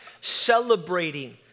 celebrating